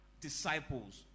disciples